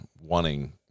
wanting